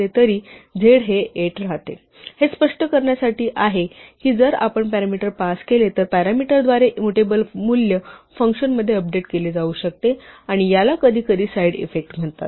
हे फक्त स्पष्ट करण्यासाठी आहे की जर आपण पॅरामीटर पास केले तर पॅरामीटरद्वारे मुटेबल मूल्य फंक्शनमध्ये अपडेट केले जाऊ शकते आणि याला कधीकधी साइड इफेक्ट म्हणतात